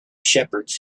shepherds